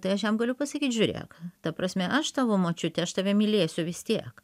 tai aš jam galiu pasakyt žiūrėk ta prasme aš tavo močiutė aš tave mylėsiu vis tiek